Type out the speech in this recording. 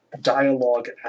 dialogue